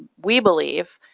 we believe,